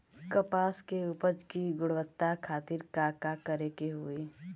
कपास के उपज की गुणवत्ता खातिर का करेके होई?